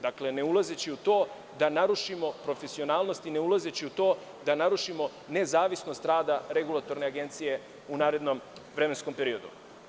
Dakle, ne ulazeći u to da narušimo profesionalnost i ne ulazeći u to da narušimo nezavisnost rada regulatorne agencije unarednom vremenskom periodu.